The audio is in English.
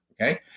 okay